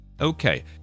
Okay